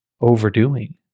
overdoing